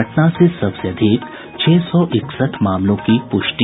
पटना से सबसे अधिक छह सौ इकसठ मामलों की पुष्टि